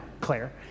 Claire